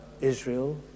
Israel